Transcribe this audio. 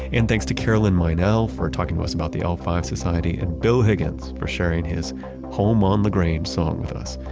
and thanks to carolyn meinel for talking to us about the l five society. and bill higgins for sharing his home on lagrange song with us.